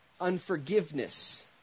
unforgiveness